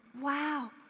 wow